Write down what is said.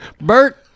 Bert